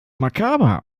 makaber